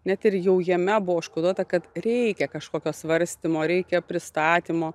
net ir jau jame buvo užkoduota kad reikia kažkokio svarstymo reikia pristatymo